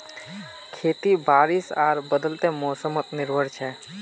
खेती बारिश आर बदलते मोसमोत निर्भर छे